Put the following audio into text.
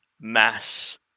mass